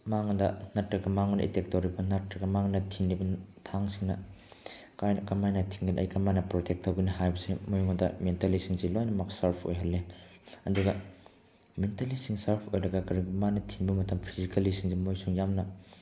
ꯃꯉꯣꯟꯗ ꯅꯠꯇ꯭ꯔꯒ ꯃꯉꯣꯟꯗ ꯑꯦꯇꯦꯛ ꯇꯧꯔꯛꯄ ꯅꯠꯇ꯭ꯔꯒ ꯃꯉꯣꯟꯗ ꯊꯤꯜꯂꯤꯕ ꯊꯥꯡꯁꯤꯅ ꯀꯃꯥꯏꯅ ꯊꯤꯟꯒꯅꯤ ꯑꯩ ꯀꯃꯥꯏꯅ ꯄ꯭ꯔꯣꯇꯦꯛ ꯇꯧꯒꯅꯤ ꯍꯥꯏꯕꯁꯤ ꯃꯣꯏꯉꯣꯟꯗ ꯃꯦꯟꯇꯦꯜꯂꯤꯁꯤꯡꯁꯤ ꯂꯣꯏꯅꯃꯛ ꯁꯔꯞ ꯑꯣꯏꯍꯜꯂꯤ ꯑꯗꯨꯒ ꯃꯦꯟꯇꯦꯜꯂꯤꯁꯤꯡ ꯁꯔꯞ ꯑꯣꯏꯔꯒ ꯀꯔꯤꯒꯨꯝꯕ ꯃꯥꯅ ꯊꯤꯟꯕ ꯃꯇꯝ ꯐꯤꯖꯤꯀꯦꯜꯂꯤꯁꯤꯡꯁꯨ ꯃꯣꯏꯁꯨ ꯌꯥꯝꯅ